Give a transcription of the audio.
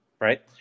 Right